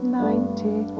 ninety